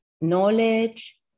knowledge